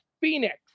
Phoenix